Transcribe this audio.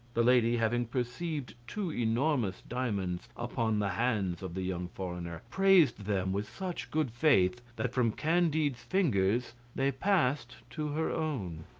the lady having perceived two enormous diamonds upon the hands of the young foreigner praised them with such good faith that from candide's fingers they passed to her own.